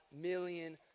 million